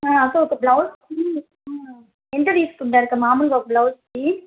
అక్కా ఒక బ్లౌజూ ఎంత తీసుకుంటారక్క మామూలుగా ఒక బ్లౌస్కి